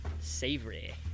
Savory